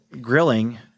grilling